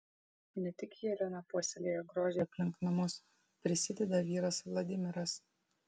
ne tik jelena puoselėja grožį aplink namus prisideda vyras vladimiras